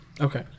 Okay